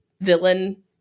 villain